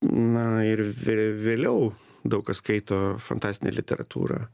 na ir vė vėliau daug kas skaito fantastinę literatūrą